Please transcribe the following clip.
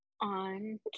on